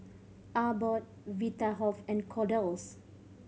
Abbott Vitahealth and Kordel's